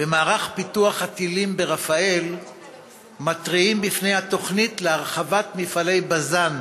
במערך פיתוח הטילים ברפא"ל מתריעים מפני התוכנית להרחבת מפעלי בז"ן